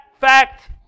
fact